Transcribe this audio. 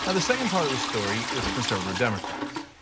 and the second part of the story is conservative democrats.